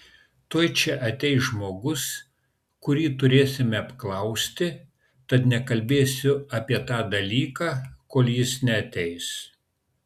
tuoj čia ateis žmogus kurį turėsime apklausti tad nekalbėsiu apie tą dalyką kol jis neateis